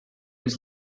was